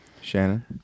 Shannon